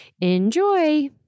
Enjoy